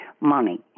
money